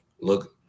look